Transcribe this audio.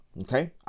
Okay